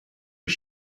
his